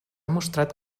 mostrat